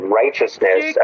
righteousness